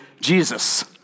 Jesus